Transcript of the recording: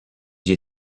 you